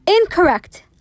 Incorrect